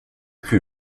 plus